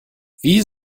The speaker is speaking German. wie